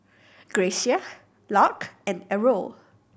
Gracia Lark and Errol